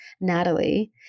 Natalie